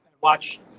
watch